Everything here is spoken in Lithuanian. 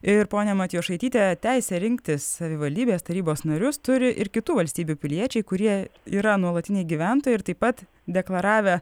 ir ponia matjošaityte teisę rinktis savivaldybės tarybos narius turi ir kitų valstybių piliečiai kurie yra nuolatiniai gyventojai ir taip pat deklaravę